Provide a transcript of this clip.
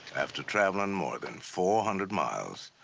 after traveling more than four hundred miles,